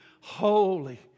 holy